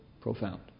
profound